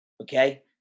okay